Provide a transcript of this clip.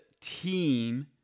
team